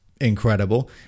incredible